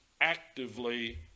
actively